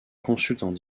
consultant